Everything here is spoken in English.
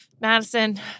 Madison